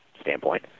standpoint